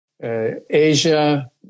Asia